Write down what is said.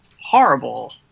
horrible